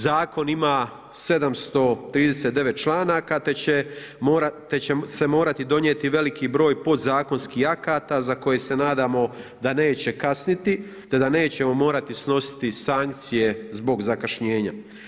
Zakon ima 739 članaka te će se morati donijeti veliki broj podzakonskih akata za koje se nadamo da neće kasniti te da nećemo morati snositi sankcije zbog zakašnjenja.